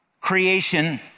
creation